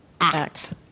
act